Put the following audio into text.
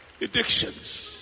addictions